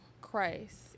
Christ